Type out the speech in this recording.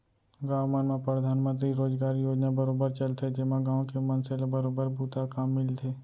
गाँव मन म परधानमंतरी रोजगार योजना बरोबर चलथे जेमा गाँव के मनसे ल बरोबर बूता काम मिलथे